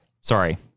Sorry